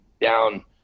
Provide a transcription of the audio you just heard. down